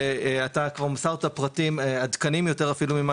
אתה מסרת פרטים עדכניים יותר אפילו ממה